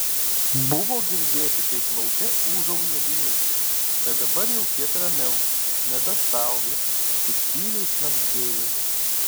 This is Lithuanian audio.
buvo girdėti kaip lauke ūžauja vėjas bet dabar jau kiek ramiau nebestaugė tik tyliai šnabždėjo